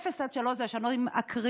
אפס על שלוש אלה השנים הקריטיות,